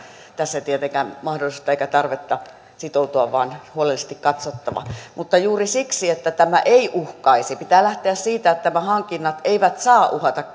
tässä tietenkään mahdollisuutta eikä tarvetta sitoutua vaan on huolellisesti katsottava mutta juuri siksi että tämä ei uhkaisi pitää lähteä siitä että nämä hankinnat eivät saa uhata